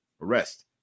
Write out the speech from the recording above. arrest